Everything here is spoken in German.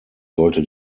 sollte